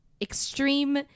extreme